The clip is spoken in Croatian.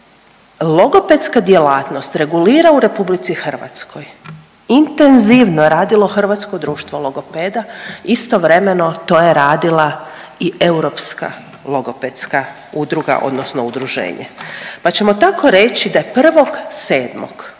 logopedska djelatnost regulira u RH intenzivno radilo Hrvatsko društvo logopeda, istovremeno, to je radila i europska logopedska udruga, odnosno udruženje, pa ćemo tako reći da je